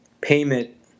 payment